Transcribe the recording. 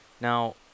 now